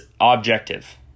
objective